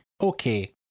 Okay